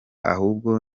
ahubwo